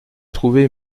trouver